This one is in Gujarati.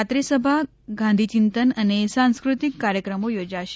રાત્રે સભા ગાંધી ચિંતન અને સાસ્કૃતિક કાર્યક્રમ યોજાશે